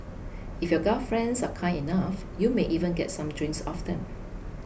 if your gal friends are kind enough you may even get some drinks off them